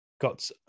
got